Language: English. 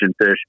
fish